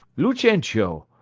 lucentio!